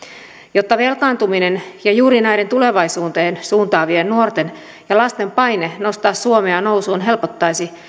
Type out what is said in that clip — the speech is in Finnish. jotta velkaantuminen ja juuri näiden tulevaisuuteen suuntaavien nuorten ja lasten paine nostaa suomea nousuun helpottaisi